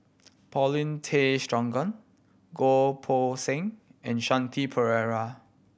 Paulin Tay Straughan Goh Poh Seng and Shanti Pereira